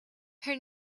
her